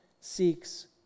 seeks